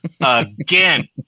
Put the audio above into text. again